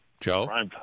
Joe